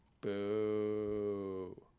Boo